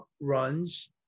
runs